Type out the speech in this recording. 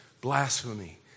blasphemy